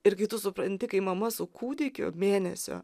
ir kai tu supranti kai mama su kūdikiu mėnesio